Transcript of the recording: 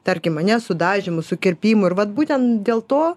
tarkim ane su dažymu su kirpimu ir vat būtent dėl to